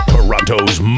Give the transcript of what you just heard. Toronto's